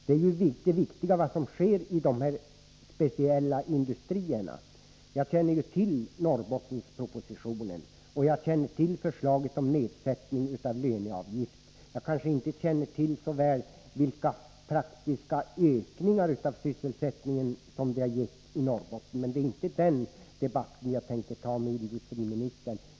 Det viktiga är vad som sker i dessa speciella industrier. Jag känner till Norrbottenspropositionen, och jag känner till förslaget om nedsättning av löneavgift. Jag kanske inte så väl känner till vilka praktiska ökningar av sysselsättningen som detta har lett till i Norrbotten. Men det är inte den debatten jag tänkte ta upp med industriministern.